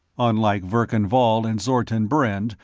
unlike verkan vall and zortan brend,